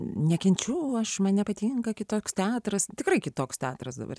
nekenčiu aš man nepatinka kitoks teatras tikrai kitoks teatras dabar